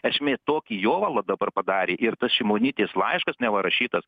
esmė tokį jovalą dabar padarė ir tas šimonytės laiškas neva rašytas